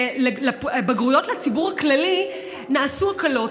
בבגרויות לציבור הכללי נעשו הקלות.